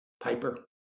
Piper